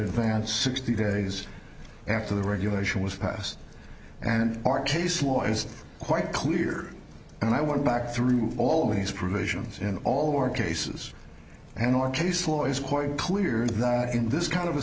advanced sixty days after the regulation was passed and our case law is quite clear and i went back through all these provisions in all four cases and your case law is quite clear that in this kind of a